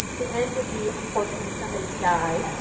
the end would be, unfortunately, somebody dies,